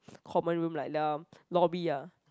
common room like lobby ah